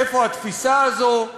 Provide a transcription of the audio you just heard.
איפה התפיסה הזו?